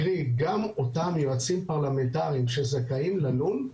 קרי גם אותם יועצים פרלמנטריים שזכאים ללון,